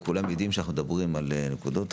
כולם יודעים שאנחנו מדברים על נקודות,